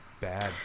bad